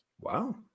Wow